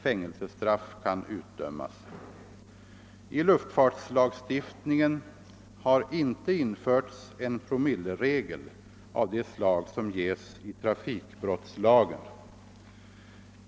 Fängelsestraff kan utdömas. I luftfartslagstiftningen har inte införts en promilleregel av det slag som ges i trafikbrottslagen.